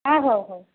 ହଁ ହଉ ହଉ